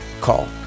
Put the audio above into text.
call